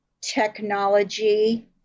technology